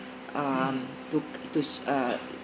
um to to uh